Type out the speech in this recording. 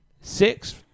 Six